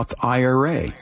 IRA